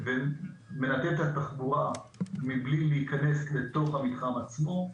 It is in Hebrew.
מאפשרת לתחבורה מבלי להיכנס לתוך המתחם עצמו.